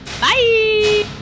Bye